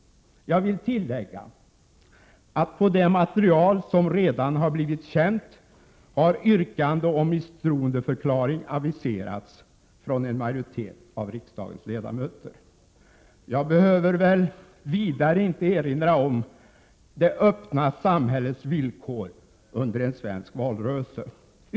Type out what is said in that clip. Jag vill tillägga att på det material som redan har blivit känt har yrkande om Jag behöver väl vidare inte erinra om det öppna samhällets villkor under en svensk valrörelse.